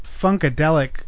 Funkadelic